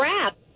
crap